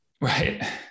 Right